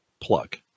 plug